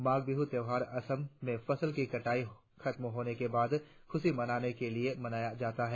माघ बिहु त्यौहार असम में फसलों की कटाई खत्म होने के बाद खुशी मनाने के लिए मनाया जाता है